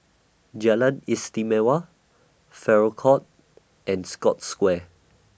Jalan Istimewa Farrer Court and Scotts Square